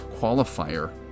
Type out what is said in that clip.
qualifier